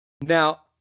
Now